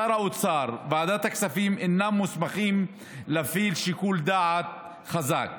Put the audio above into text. שר האוצר וועדת הכספים אינם מוסמכים להפעיל שיקול דעת חזק.